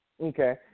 Okay